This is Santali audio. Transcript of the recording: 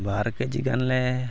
ᱵᱟᱨ ᱠᱮᱹᱡᱤ ᱜᱟᱱ ᱞᱮ